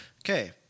Okay